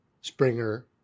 Springer